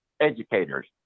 educators